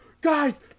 guys